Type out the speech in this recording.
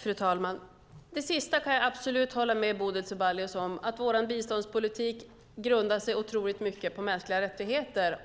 Fru talman! Det sista kan jag absolut hålla med Bodil Ceballos om, att vår biståndspolitik grundar sig otroligt mycket på mänskliga rättigheter.